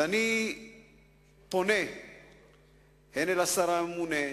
ואני פונה הן אל השר הממונה,